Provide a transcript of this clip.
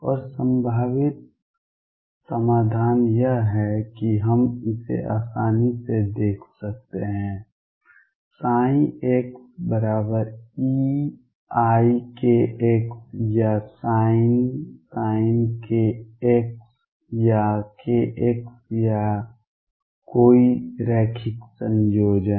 और संभावित समाधान यह है कि आप इसे आसानी से देख सकते हैं xeikx या sin kx या kx या कोई रैखिक संयोजन